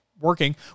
working